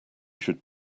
should